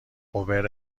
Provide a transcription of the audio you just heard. اوبر